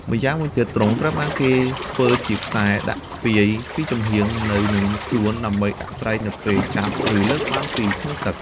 ម្យ៉ាងវិញទៀត ទ្រុងត្រូវបានគេធ្វើជាខ្សែ ដាក់ស្ពាយពីចំហៀង នៅនឹងខ្លួនដើម្បីដាក់ត្រី នៅពេលចាប់ ឬលើកបានពីក្នុងទឹក។